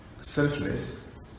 selfless